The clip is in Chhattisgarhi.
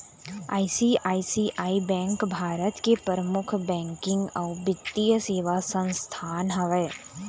आई.सी.आई.सी.आई बेंक भारत के परमुख बैकिंग अउ बित्तीय सेवा संस्थान हवय